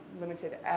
limited